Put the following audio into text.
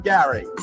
Gary